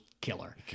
killer